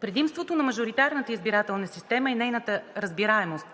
Предимството на мажоритарната избирателна система е нейната разбираемост,